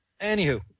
Anywho